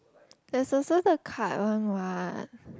there's also the card one what